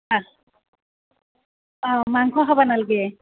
আ অ' মাংস খাব নালাগে